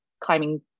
climbing